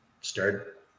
start